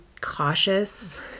cautious